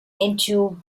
into